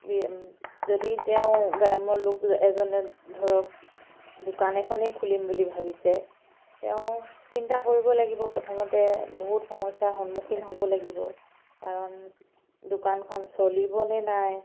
যদি তেওঁ গ্ৰাম্য লোক এজনে ধৰক দোকান এখনেই খুলিম বুলি ভাবিছে তেওঁ চিন্তা কৰিব লাগিব প্ৰথমতে বহুত সমস্যাৰ সন্মুখীন হ'ব লাগিব কাৰণ দোকানখন চলিবনে নাই